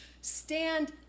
stand